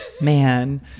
man